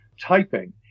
typing